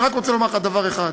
אני רק רוצה לומר לך דבר אחד: